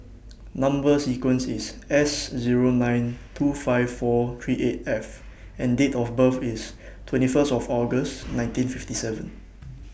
Number sequence IS S Zero nine two five four three eight F and Date of birth IS twenty First of August nineteen fifty seven